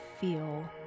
feel